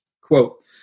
Quote